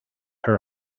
her